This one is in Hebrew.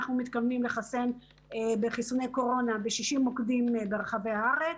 אנחנו מתכוונים לחסן בחיסוני קורונה ב-60 מוקדים ברחבי הארץ,